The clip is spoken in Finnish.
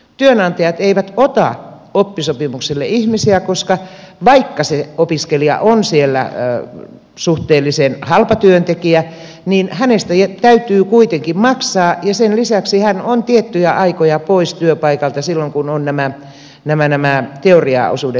työnantajat eivät ota oppisopimukselle ihmisiä koska vaikka se opiskelija on siellä suhteellisen halpa työntekijä niin hänestä täytyy kuitenkin maksaa ja sen lisäksi hän on tiettyjä aikoja pois työpaikalta silloin kun on nämä teoriaosuudet olemassa